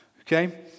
Okay